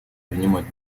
принимать